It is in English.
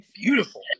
beautiful